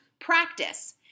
practice